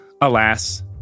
alas